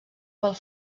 pel